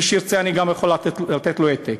ומי שירצה, אני יכול לתת גם לו העתק.